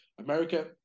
America